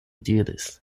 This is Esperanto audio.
diris